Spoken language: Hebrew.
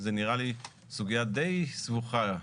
זה נראה לי סוגיה די סבוכה.